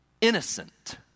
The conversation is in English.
innocent